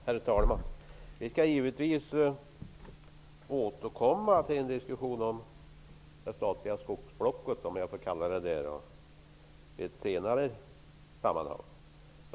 Herr talman! Vi skall givetvis återkomma till en diskussion om det statliga skogsblocket i ett senare sammanhang.